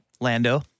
lando